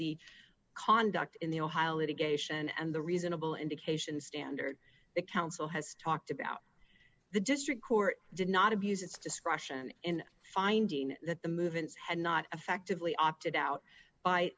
the conduct in the ohio is a geisha and the reasonable indication standard the counsel has talked about the district court did not abuse its discretion in finding that the movements had not effectively opted out by